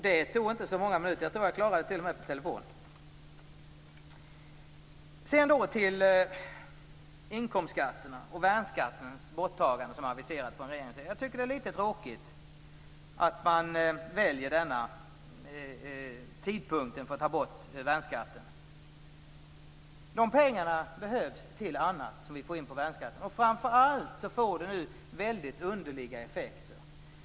Det tog inte många minuter, och jag tror t.o.m. att jag klarade det per telefon. Regeringen har aviserat ett borttagande av värnskatten. Jag tycker att det är litet tråkigt att man väljer denna tidpunkt för att ta bort värnskatten. De pengar vi får in på värnskatten behövs till annat, och framför allt får detta mycket underliga effekter.